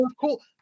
cool